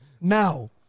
Now